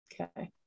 Okay